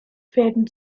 fäden